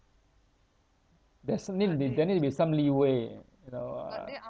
there's certainly th~ there need to be some leeway you know uh